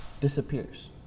disappears